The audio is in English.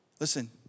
Listen